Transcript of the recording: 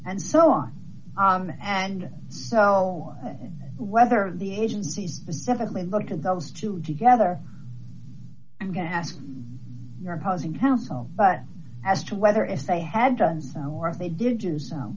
and so on and whether the agencies specifically look to those two together i'm going to ask your opposing counsel but as to whether if they had done so or if they did do so